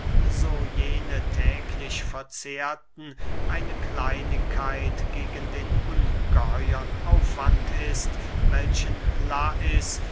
so jene täglich verzehrten eine kleinigkeit gegen den ungeheuern aufwand ist welchen lais